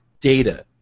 data